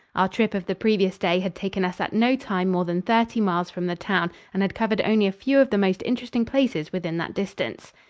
our trip of the previous day had taken us at no time more than thirty miles from the town and had covered only a few of the most interesting places within that distance.